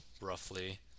roughly